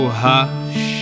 hush